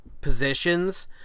positions